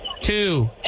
two